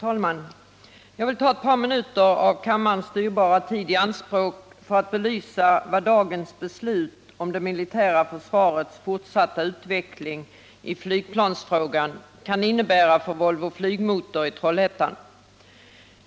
Herr talman! Jag vill ta ett par minuter av kammarens dyrbara tid i anspråk för att belysa vad dagens beslut om det militära försvarets fortsatta utveckling i flygplansfrågan kan innebära för Volvo Flygmotor AB i Trollhättan.